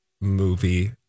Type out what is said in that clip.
movie